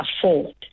afford